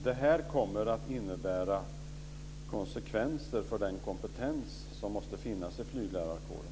Det här kommer att innebära konsekvenser för den kompetens som måste finns i flyglärarkåren.